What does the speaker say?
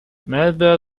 ماذا